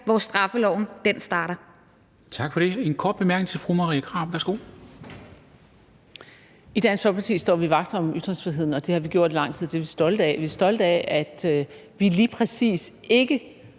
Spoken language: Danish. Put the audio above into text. hvor straffeloven starter.